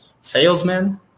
salesman